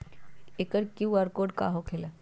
एकर QR code का होकेला?